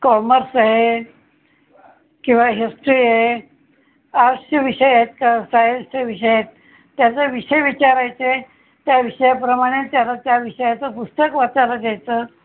commerce एहे किंवा history आर्ट्सचे विषय आहेत तर सायन्सचे विषय आहेत त्याचे विषय विचारायचे त्या विषयाप्रमाणे त्याला त्या विषयाचं पुस्तक वाचायला जायचं